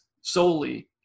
solely